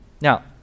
Now